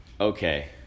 okay